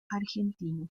argentino